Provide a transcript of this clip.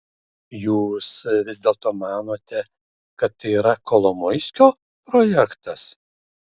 jūs vis dėlto manote kad tai yra kolomoiskio projektas